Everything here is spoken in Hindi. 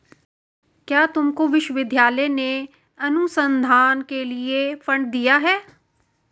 क्या तुमको विश्वविद्यालय ने अनुसंधान के लिए फंड दिए हैं?